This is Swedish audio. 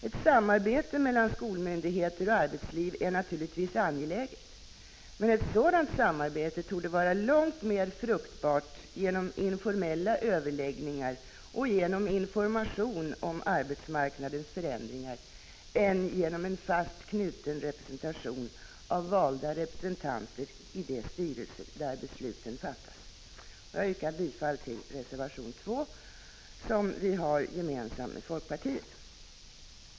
Ett samarbete mellan skolmyndigheter och arbetsliv är naturligtvis angeläget, men ett sådant samarbete torde bli långt mer fruktbart genom informella överläggningar och genom information om arbetsmarknadens förändringar än genom en fast knuten representation av valda representanter i de styrelser där besluten fattas. Jag yrkar bifall till reservation 2, som vi tillsammans med folkpartiet har fogat till betänkandet.